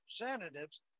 Representatives